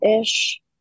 ish